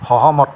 সহমত